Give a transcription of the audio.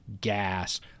gas